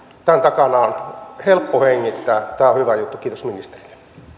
tämän takana on helppo hengittää tämä on hyvä juttu kiitos ministerille